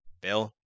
Bill